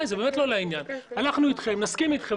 אנחנו אתכם, נסכים אתכם.